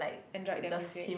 enjoyed their music